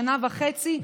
שנה וחצי,